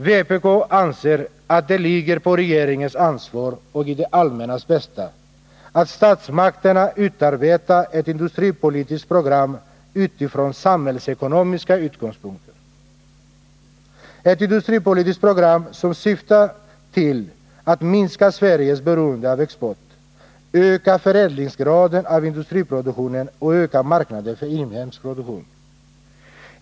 Vpk anser att det är regeringen som har ansvaret för — och det skulle vara till det allmännas bästa — att statsmakterna utarbetade ett industripolitiskt program utifrån samhällsekonomiska synpunkter. Ett industripolitiskt program som syftar till att minska Sveriges beroende av export, öka förädlingsgraden av industriproduktionen och öka marknaden för inhemsk produktion.